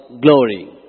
glory